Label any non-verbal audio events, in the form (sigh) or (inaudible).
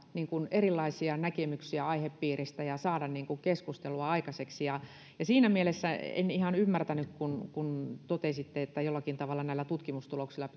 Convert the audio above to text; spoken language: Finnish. erilaisia näkemyksiä aihepiiristä ja saada keskustelua aikaiseksi ja ja siinä mielessä en ihan ymmärtänyt kun kun totesitte että jollakin tavalla näillä tutkimustuloksilla (unintelligible)